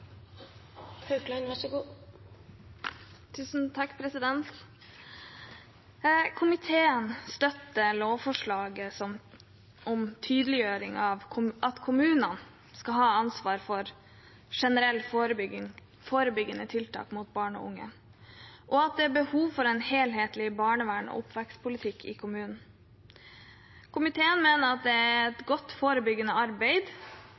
Komiteen støtter lovforslaget om tydeliggjøring av at kommunene skal ha ansvar for generelle forebyggende tiltak rettet mot barn og unge, og at det er behov for en helhetlig barneverns- og oppvekstpolitikk i kommunene. Komiteen mener at det er et godt forebyggende arbeid,